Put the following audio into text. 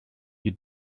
you